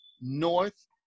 North